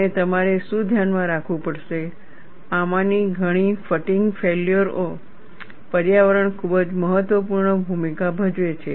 અને તમારે શું ધ્યાનમાં રાખવું પડશે આમાંની ઘણી ફટીગ ફેલ્યોર ઓ પર્યાવરણ ખૂબ જ મહત્વપૂર્ણ ભૂમિકા ભજવે છે